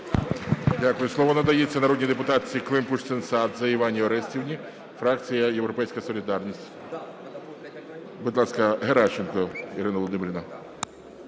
Дякую. Слово надається народній депутатці Климпуш-Цинцадзе Іванні Орестівні, фракція "Європейська солідарність". Будь ласка, Геращенко Ірина Володимирівна.